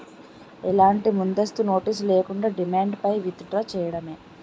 ఎలాంటి ముందస్తు నోటీస్ లేకుండా, డిమాండ్ పై విత్ డ్రా చేయడమే